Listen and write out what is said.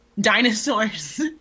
dinosaurs